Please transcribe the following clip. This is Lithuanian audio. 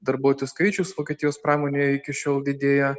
darbuotojų skaičius vokietijos pramonėje iki šiol didėja